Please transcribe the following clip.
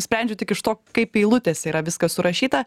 sprendžiu tik iš to kaip eilutėse yra viskas surašyta